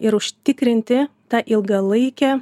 ir užtikrinti tą ilgalaikę